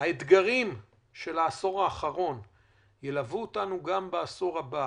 האתגרים של העשור האחרון ילוו אותנו גם בעשור הבא.